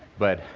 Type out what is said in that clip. but,